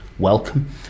Welcome